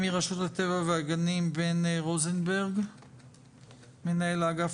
מרשות הטבע והגנים בן רוזנברג מנהל האגף